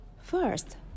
first